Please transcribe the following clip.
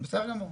בסדר גמור,